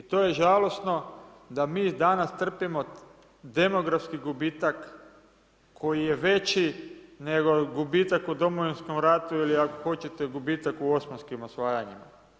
I to je žalosno da mi danas trpimo demografski gubitak koji je veći nego gubitak u domovinskom ratu, ili ako hoćete gubitak u osmanskim osvajanjima.